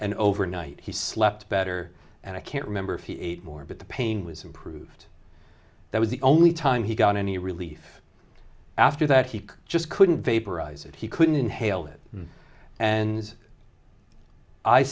and overnight he slept better and i can't remember if he ate more but the pain was improved that was the only time he got any relief after that he just couldn't vaporize it he couldn't inhale it and i